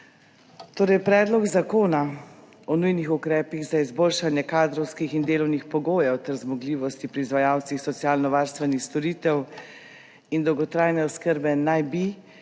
kolegi! Predlog zakona o nujnih ukrepih za izboljšanje kadrovskih in delovnih pogojev ter zmogljivosti pri izvajalcih socialnovarstvenih storitev in dolgotrajne oskrbe naj bi